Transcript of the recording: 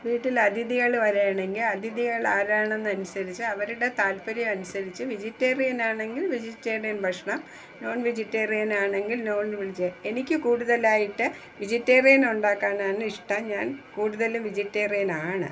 വീട്ടിൽ അതിഥികള് വരികയാണെങ്കിൽ അതിഥികള് ആരാണെന്ന് അനുസരിച്ച് അവരുടെ താല്പര്യ അനുസരിച്ച് വെജിറ്റേറിയനാണെങ്കിൽ വെജിറ്റേറിയൻ ഭക്ഷണം നോൺ വെജിറ്റേറിയനാണെങ്കിൽ നോൺ വെജ് എനിക്ക് കൂടുതലായിട്ട് വെജിറ്റേറിയൻ ഉണ്ടാക്കാനായിട്ട് ഇഷ്ടം ഞാൻ കൂടുതലും വെജിറ്റേറിയനാണ്